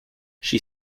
she